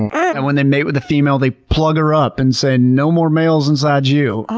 and when they mate with the female, they plug her up and say, no more males inside you!